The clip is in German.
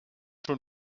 schon